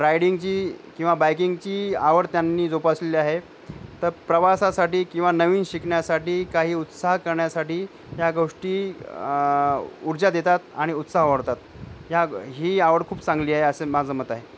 रायडिंगची किंवा बायकिंगची आवड त्यांनी जोपासलेली आहे तर प्रवासासाठी किंवा नवीन शिकण्यासाठी काही उत्साह करण्यासाठी या गोष्टी ऊर्जा देतात आणि उत्साह वाढवतात ह्या ही आवड खूप चांगली आहे असं माझं मत आहे